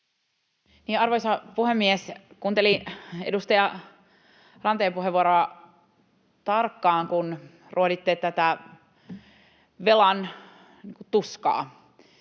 Arvoisa puhemies! Kuuntelin edustaja Ranteen puheenvuoroa tarkkaan, kun ruoditte tätä velan tuskaa.